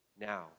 now